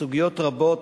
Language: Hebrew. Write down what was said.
בסוגיות רבות,